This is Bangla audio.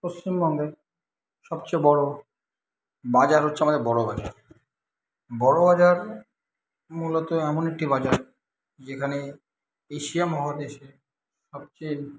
পশ্চিমবঙ্গের সবচেয়ে বড়ো বাজার হচ্ছে আমাদের বড়বাজার বড়বাজার মূলত এমন একটি বাজার যেখানে এশিয়া মহাদেশের সবচেয়ে